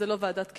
זה לא ועדת קישוט.